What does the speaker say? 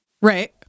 Right